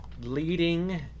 leading